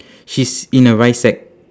she's in a rice sack